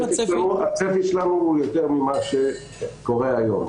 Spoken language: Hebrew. הצפי שלנו הוא יותר ממה שקורה היום.